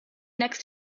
next